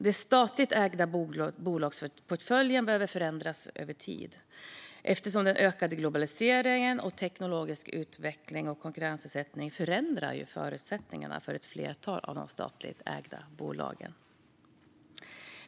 Den statligt ägda bolagsportföljen behöver förändras över tid eftersom den ökade globaliseringen, den teknologiska utvecklingen och konkurrensutsättningen förändrar förutsättningarna för ett flertal av de statligt ägda bolagen.